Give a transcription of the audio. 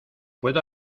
puedo